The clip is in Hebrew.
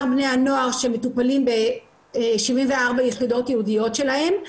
בני הנוער שמטופלים בשבעים וארבע יחידות ייעודיות שלהם.